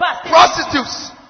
prostitutes